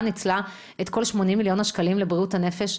ניצלה את כל 80 מיליון השקלים לבריאות הנפש?